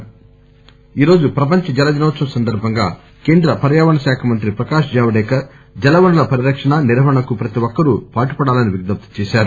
ఎన్ S D Javadekar ఈరోజు ప్రపంచ జల దినోత్సవం సందర్బంగా కేంద్ర పర్యావరణశాఖ మంత్రి ప్రకాష్ జవదేకర్ జల వనరుల పరిరక్షణ నిర్వహణకు ప్రతి ఒక్కరు పాటుపడాలని విజ్నప్తి చేశారు